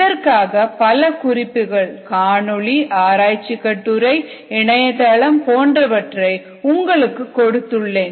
இதற்கான பல குறிப்புகள் காணொளி ஆராய்ச்சி கட்டுரை இணையதளம் போன்றவை உங்களுக்கு கொடுத்துள்ளேன்